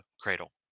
cradle